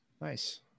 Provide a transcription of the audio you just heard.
nice